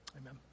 Amen